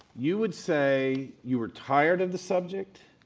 you would say you were tired of the subjects?